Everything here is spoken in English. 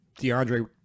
deandre